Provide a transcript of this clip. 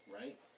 right